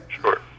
sure